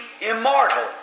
immortal